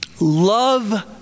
Love